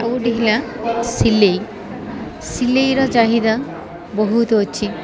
ଆଉ ଗୋଟେ ହେଲା ସିଲେଇ ସିଲେଇର ଚାହିଦା ବହୁତ ଅଛି